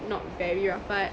not very rapat